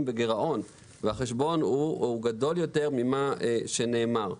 בגירעון והחשבון הוא גדול יותר ממה שנאמר.